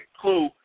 clue